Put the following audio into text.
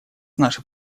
наше